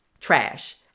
Trash